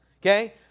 okay